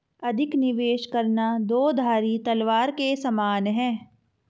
अधिक निवेश करना दो धारी तलवार के समान है